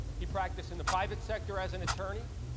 he practiced in the private sector as an attorney,